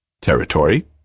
Territory